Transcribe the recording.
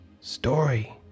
Story